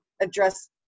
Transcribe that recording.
address